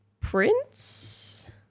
prince